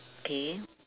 K